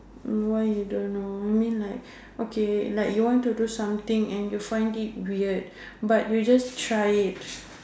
why you don't know I mean like okay like you want to do something and you find it weird but you just try it